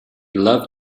loved